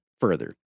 further